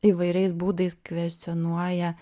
įvairiais būdais kvescionuoja